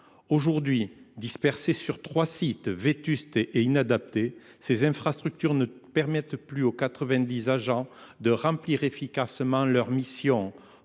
Aujourd’hui dispersées sur trois sites vétustes et inadaptés, ces infrastructures ne permettent plus aux quatre vingt dix agents de remplir efficacement leurs missions.